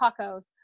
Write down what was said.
tacos